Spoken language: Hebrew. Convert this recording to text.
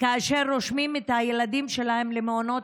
כאשר הם רושמים את הילדים שלהם למעונות